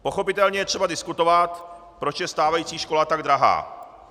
Pochopitelně je třeba diskutovat, proč je stávající škola tak drahá.